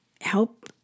help